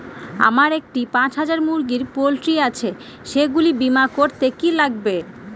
আমার একটি পাঁচ হাজার মুরগির পোলট্রি আছে সেগুলি বীমা করতে কি লাগবে?